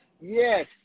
Yes